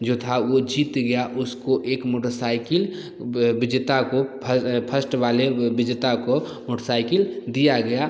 जो था वो जीत गया उसको एक मोटर साइकिल विजेता को फस्ट वाले विजेता को मोटर साइकिल दिया गया